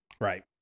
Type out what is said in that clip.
right